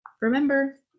remember